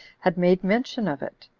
had made mention of it.